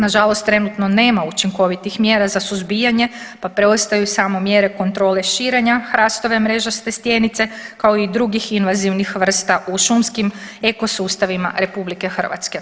Nažalost, trenutno nema učinkovitih mjera za suzbijanje pa preostaju samo mjere kontrole širenja hrastove mrežaste stjenice kao i drugih invazivnih vrsta u šumskim ekosustavima RH.